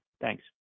thanks